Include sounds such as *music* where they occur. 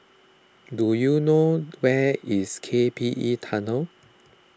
*noise* do you know where is K P E Tunnel